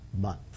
month